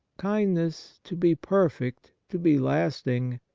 kindness to be perfect, to be lasting,